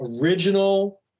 original